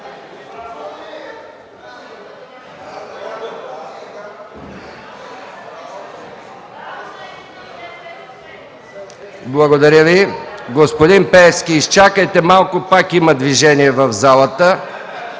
зала.) Господин Пеевски, изчакайте малко, пак има движение в залата.